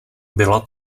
byla